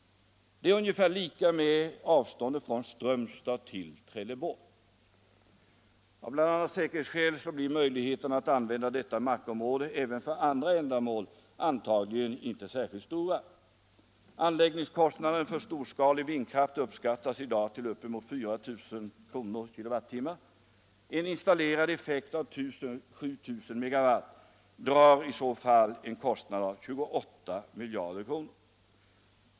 Det är ungefär lika med avståndet från Strömstad till Trelleborg. Av bl.a. säkerhetsskäl blir möjligheterna att använda ett sådant markområde även för andra ändamål antagligen inte särskilt stora. Anläggningskostnaden för storskalig vindkraft uppskattas i dag till upp emot 4000 kr. per kW. En installerad effekt av 7000 MW drar i så fall en kostnad av 28 miljarder kronor.